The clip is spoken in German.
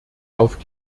auf